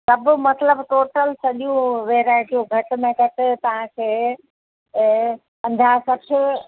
सभु मतिलब टोटल सॼियूं वैरायटियूं घट में घटि तव्हांखे पंजाह सठि